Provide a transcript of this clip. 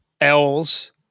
L's